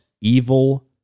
evil